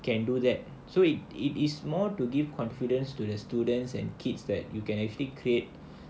can do that so it it is more to give confidence to the students and kids that you can actually create